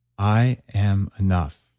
i am enough,